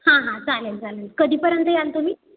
हां हां चालेल चालेल कधीपर्यंत याल तुम्ही